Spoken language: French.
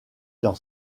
dans